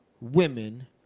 women